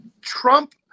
Trump